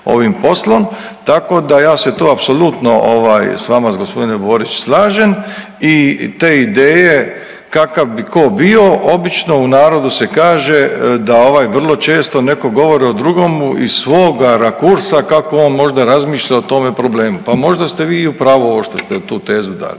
ovim poslom, tako da ja se tu apsolutno ovaj s vama g. Borić, slažem i te ideje kakav bi tko bio, obično u narodu se kaže da ovaj vrlo često neko govori o drugome iz svoga rakursa kako on možda razmišlja o tome problemu. Pa možda ste vi i u pravu ovo što ste tu tezu dali.